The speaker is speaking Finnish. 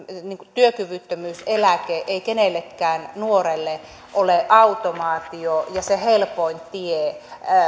työkyvyttömyyseläke ei kenellekään nuorelle ole automaatio ja se helpoin tie